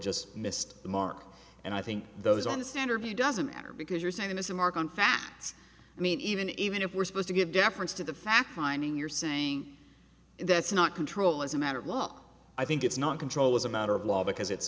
just missed the mark and i think those on the standard doesn't matter because you're saying as a mark on facts i mean even even if we're supposed to give deference to the fact finding you're saying that's not control as a matter of law i think it's not control as a matter of law because it's